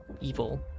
evil